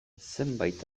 zenbait